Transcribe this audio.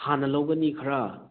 ꯍꯥꯟꯅ ꯂꯧꯒꯅꯤ ꯈꯔ